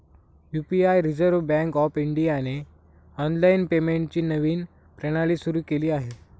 UPI reserve bank of इंडियाने online पेमेंटची नवीन प्रणाली सुरू केली आहे